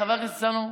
חבר הכנסת הרצנו,